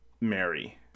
Mary